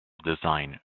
design